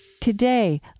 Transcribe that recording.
Today